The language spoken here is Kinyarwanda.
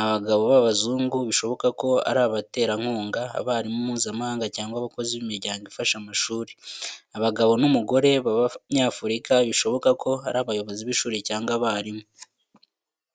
Abagabo b’abazungu bishoboka ko ari abaterankunga, abarimu Mpuzamahanga cyangwa abakozi b’imiryango ifasha amashuri. Abagabo n'umugore b'Abanyafurika bishoboka ko ari abayobozi b'ishuri cyangwa abarimu.